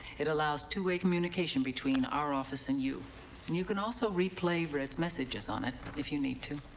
it allows two-way communication between our office and you. and you can also replay red's messages on it if you need to.